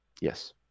yes